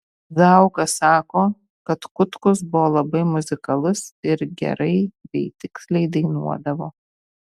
zauka sako kad kutkus buvo labai muzikalus ir gerai bei tiksliai dainuodavo